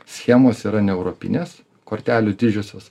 schemos yra neeuropinės kortelių didžiosios